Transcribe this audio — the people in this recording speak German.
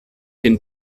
den